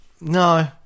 No